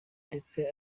ndetse